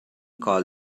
call